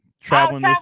traveling